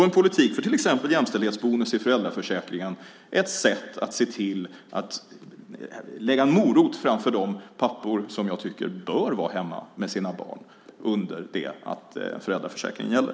En politik för till exempel jämställdhetsbonus i föräldraförsäkringen är ett sätt att lägga en morot framför de pappor som jag tycker bör vara hemma med sina barn under det att föräldraförsäkringen gäller.